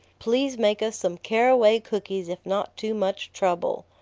please make us some caraway cookies if not too much trouble.